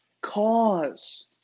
cause